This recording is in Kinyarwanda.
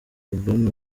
album